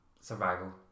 survival